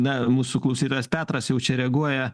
na mūsų klausytojas petras jau čia reaguoja